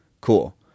Cool